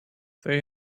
they